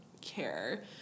care